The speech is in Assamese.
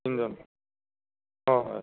তিনিজন অঁ হয়